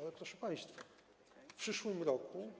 Ale proszę państwa, w przyszłym roku